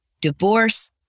divorce